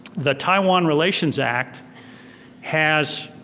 the taiwan relations act has